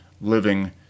living